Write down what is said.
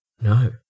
No